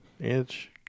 inch